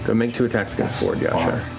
but make two attacks against fjord, yasha,